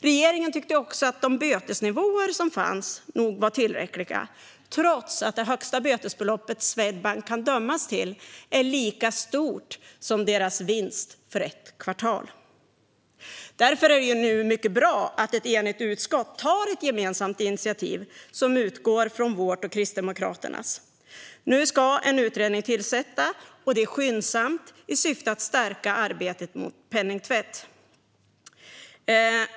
Regeringen tyckte också att de bötesnivåer som fanns nog var tillräckliga trots att det högsta bötesbeloppet som Swedbank kan dömas till är lika stort som bankens vinst för ett kvartal. Därför är det mycket bra att ett enigt utskott nu tar ett gemensamt initiativ som utgår från vårt och Kristdemokraternas. Nu ska en utredning tillsättas, och det skyndsamt, i syfte att stärka arbetet mot penningtvätt.